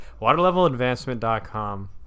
Waterleveladvancement.com